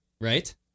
right